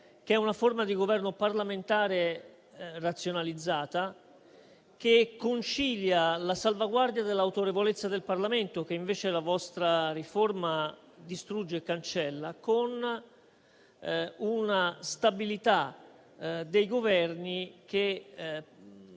che è una forma di governo parlamentare razionalizzata, in quanto concilia la salvaguardia dell'autorevolezza del Parlamento, che invece la vostra riforma distrugge e cancella, con una stabilità dei Governi, che